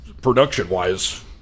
production-wise